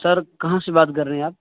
سر کہاں سے بات کر رہے ہیں آپ